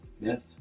Yes